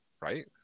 Right